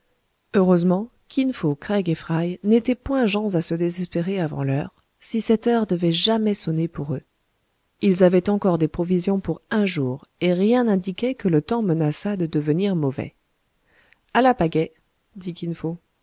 heureusement kin fo craig et fry n'étaient point gens à se désespérer avant l'heure si cette heure devait jamais sonner pour eux ils avaient encore des provisions pour un jour et rien n'indiquait que le temps menaçât de devenir mauvais a la pagaie dit